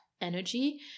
energy